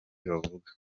bavuga